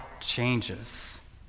changes